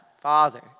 Father